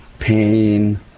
pain